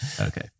Okay